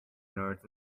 nerds